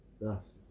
thus